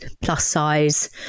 plus-size